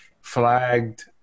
flagged